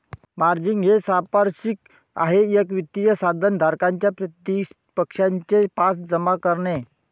margin हे सांपार्श्विक आहे एक वित्त साधन धारकाच्या प्रतिपक्षाचे पास जमा करणे